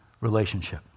relationship